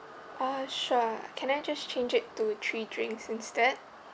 uh sure can I just change it to three drinks instead